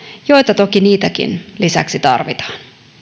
joita toki niitäkin lisäksi tarvitaan